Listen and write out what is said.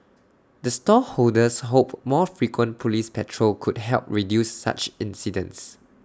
the stall holders hope more frequent Police patrol could help reduce such incidents